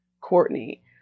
Courtney